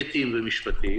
אתיים ומשפטיים